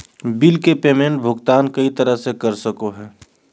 bill के payment भुगतान कई तरह से कर सको हइ